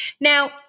Now